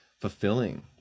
fulfilling